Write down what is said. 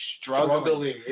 struggling